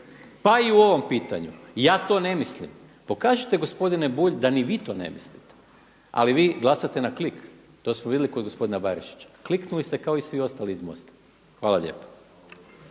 pa i u ovom pitanju. Ja to ne mislim. Pokažite gospodine Bulj da ni vi to ne mislite, ali vi glasate na klik. To smo vidjeli kod gospodina Barišića. Kliknuli ste kao i svi ostali iz MOST-a. Hvala lijepa.